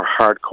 hardcore